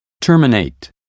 terminate